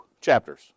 chapters